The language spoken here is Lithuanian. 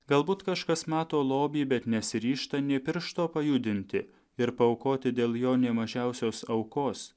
galbūt kažkas mato lobį bet nesiryžta nė piršto pajudinti ir paaukoti dėl jo nė mažiausios aukos